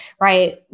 right